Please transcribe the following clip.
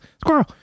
Squirrel